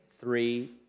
three